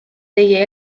teie